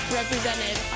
represented